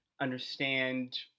understand